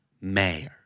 mayor